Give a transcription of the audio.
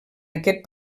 aquest